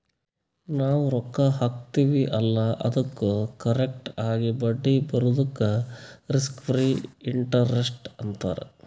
ನಾವ್ ರೊಕ್ಕಾ ಹಾಕ್ತಿವ್ ಅಲ್ಲಾ ಅದ್ದುಕ್ ಕರೆಕ್ಟ್ ಆಗಿ ಬಡ್ಡಿ ಬರದುಕ್ ರಿಸ್ಕ್ ಫ್ರೀ ಇಂಟರೆಸ್ಟ್ ಅಂತಾರ್